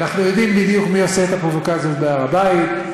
אנחנו יודעים בדיוק מי עושה את הפרובוקציות בהר הבית.